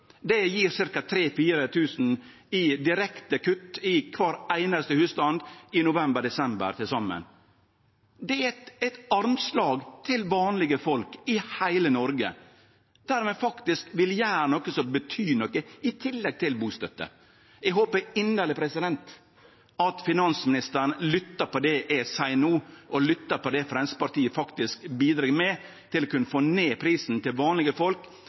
Det gjev ca. 3 000–4 000 kr i direkte kutt for kvar einaste husstand i november og desember til saman. Det gjev armslag til vanlege folk i heile Noreg, og då vil vi gjere noko som faktisk betyr noko, i tillegg til bustønaden. Eg håpar inderleg at finansministeren lyttar til det eg seier no, lyttar til det Framstegspartiet faktisk bidreg med. Det vil kunne få ned prisen til vanlege folk